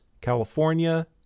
California